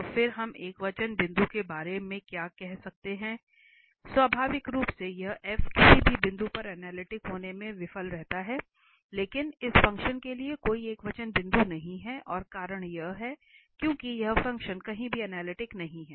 तो फिर हम एकवचन बिंदु के बारे में क्या कह सकते हैं इसलिए स्वाभाविक रूप से यह f किसी भी बिंदु पर अनलिटिक होने में विफल रहता है लेकिन इस फ़ंक्शन के लिए कोई एकवचन बिंदु नहीं है और कारण यह है क्योंकि यह फंक्शन कहीं भी अनलिटिक नहीं है